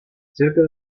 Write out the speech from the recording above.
cerca